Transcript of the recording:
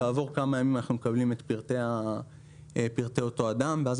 כעבור כמה ימים אנחנו מקבלים את פרטי אותו אדם ואז